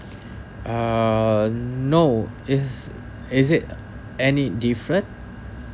uh no is is it any different